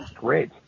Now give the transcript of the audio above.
Great